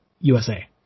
USA